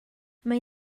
mae